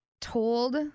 told